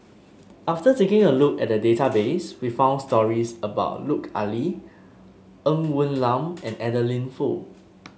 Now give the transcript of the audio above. after taking a look at the database we found stories about Lut Ali Ng Woon Lam and Adeline Foo